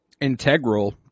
integral